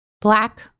black